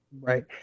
Right